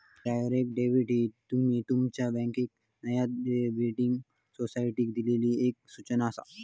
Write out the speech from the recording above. direct debit ही तुमी तुमच्या बँकेक नायतर बिल्डिंग सोसायटीक दिल्लली एक सूचना आसा